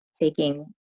taking